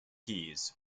keys